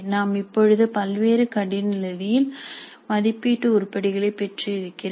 நான் இப்பொழுது பல்வேறு கடின நிலையில் மதிப்பீடு உருப்படிகளை பெற்று இருக்கிறேன்